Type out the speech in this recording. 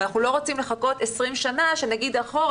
ואנחנו לא רוצים לחכות 20 שנה שנגיד אחורה,